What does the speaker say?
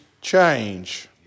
change